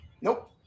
Nope